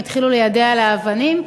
התחילו ליידות עליה אבנים.